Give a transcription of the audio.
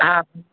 हा